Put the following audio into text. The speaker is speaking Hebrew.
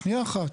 שנייה אחת,